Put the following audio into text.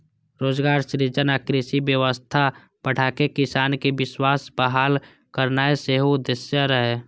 रोजगार सृजन आ कृषि अर्थव्यवस्था बढ़ाके किसानक विश्वास बहाल करनाय सेहो उद्देश्य रहै